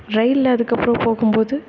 ரெயிலில் அதுக்கப்புறோம் போகும் போது